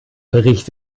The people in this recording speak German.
bericht